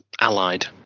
allied